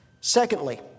Secondly